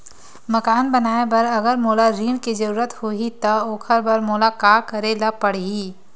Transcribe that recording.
मकान बनाये बर अगर मोला ऋण के जरूरत होही त ओखर बर मोला का करे ल पड़हि?